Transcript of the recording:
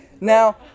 Now